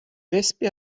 wespe